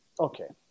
Okay